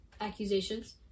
accusations